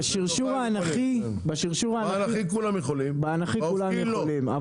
באנכי כולם יכולים באופקי לא.